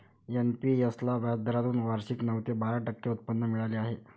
NPS ला व्याजदरातून वार्षिक नऊ ते बारा टक्के उत्पन्न मिळाले आहे